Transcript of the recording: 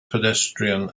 pedestrian